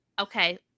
okay